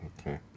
okay